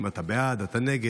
אם אתה בעד או נגד.